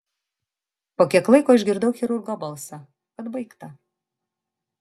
po kiek laiko išgirdau chirurgo balsą kad baigta